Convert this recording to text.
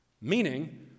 Meaning